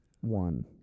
One